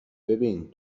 ببین